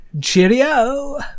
Cheerio